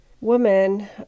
woman